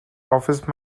office